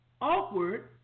awkward